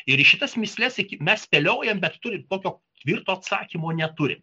ir į šitas mįsles iki mes spėliojam bet turim tokio tvirto atsakymo neturim